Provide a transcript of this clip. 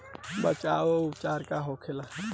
बचाव व उपचार का होखेला?